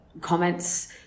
comments